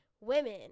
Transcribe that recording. women